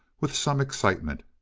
with some excitement.